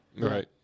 Right